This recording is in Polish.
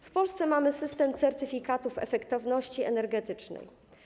W Polsce mamy system certyfikatów efektywności energetycznej.